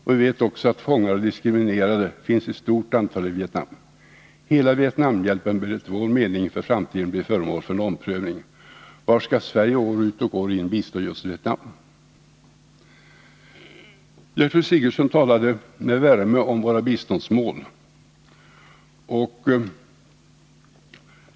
Vi vet också att fångar och diskriminerade finns i ett stort antal i Vietnam. Hela Vietnamhjälpen bör enligt vår mening för framtiden bli föremål för en omprövning. Varför skall Sverige år ut och år in bistå just Vietnam? Fru Sigurdsen talade med värme om våra biståndsmål.